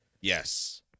Yes